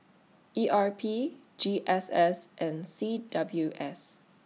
E R P G S S and C W S